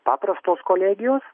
paprastos kolegijos